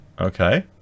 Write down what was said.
Okay